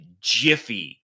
Jiffy